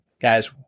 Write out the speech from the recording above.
guys